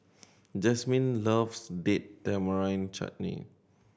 Jasmyn loves Date Tamarind Chutney